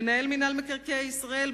מנהל מינהל מקרקעי ישראל,